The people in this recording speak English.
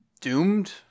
doomed